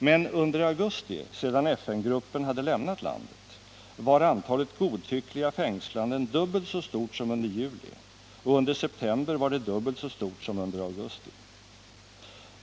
Men under augusti — sedan FN gruppen hade lämnat landet — var antalet godtyckliga fängslanden dubbelt så stort som under juli, och under september var det dubbelt så stort som under augusti.